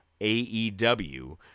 AEW